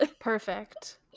perfect